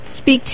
speak